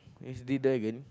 it's G-Dragon